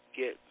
get